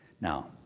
Now